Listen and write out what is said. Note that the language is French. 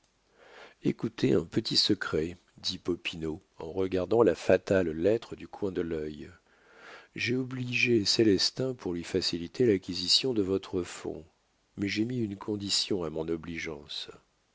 écoutez un petit secret dit popinot en regardant la fatale lettre du coin de l'œil j'ai obligé célestin pour lui faciliter l'acquisition de votre fonds mais j'ai mis une condition à mon obligeance